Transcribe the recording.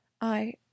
I